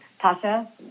Tasha